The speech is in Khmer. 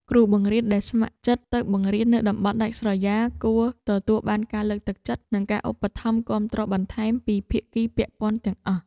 គ្រូបង្រៀនដែលស្ម័គ្រចិត្តទៅបង្រៀននៅតំបន់ដាច់ស្រយាលគួរទទួលបានការលើកទឹកចិត្ត និងការឧបត្ថម្ភគាំទ្របន្ថែមពីភាគីពាក់ព័ន្ធទាំងអស់។